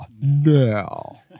now